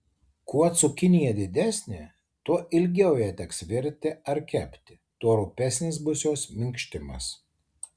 kuo cukinija didesnė tuo ilgiau ją teks virti ar kepti tuo rupesnis bus jos minkštimas